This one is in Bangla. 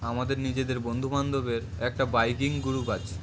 আমাদের নিজেদের বন্ধুবান্ধবের একটা বাইকিং গ্রুপ আছে